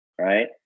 Right